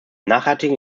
nachhaltigen